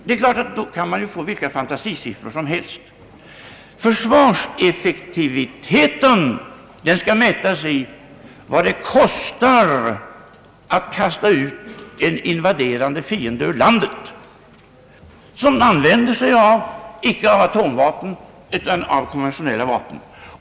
Det är klart att man då kan få fram vilka fantasisummor som helst. Försvarseffektiviteten skall mätas i vad det kostar att kasta ut en invaderande fiende ur landet, som använder sig icke av atomvapen utan av konventionella vapen.